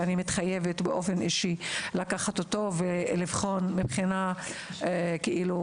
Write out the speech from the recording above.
ואני באופן אישי מתחייבת לקחת אותו ולבחון מבחינה חוקתית